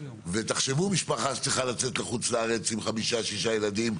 ותחשבו על משפחה שצריכה לצאת מהארץ עם חמישה-שישה ילדים,